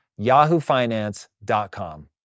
yahoofinance.com